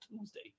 Tuesday